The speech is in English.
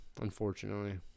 Unfortunately